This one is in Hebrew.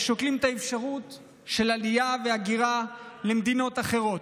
ושוקלים את האפשרות של עלייה והגירה למדינות אחרות.